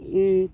ᱤᱧ